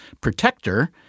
protector